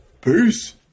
Peace